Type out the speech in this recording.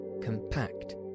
compact